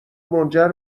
منجر